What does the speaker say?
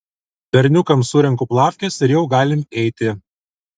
berniukams surenku plafkes ir jau galim eiti